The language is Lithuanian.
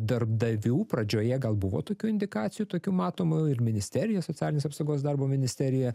darbdavių pradžioje gal buvo tokių indikacijų tokių matomų ir ministerija socialinės apsaugos darbo ministerija